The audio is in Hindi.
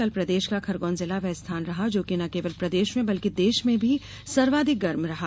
कल प्रदेश का खरगौन जिला वह स्थान रहा जो कि न केवल प्रदेश में बल्कि देश में भी सर्वाधिक गर्म रहा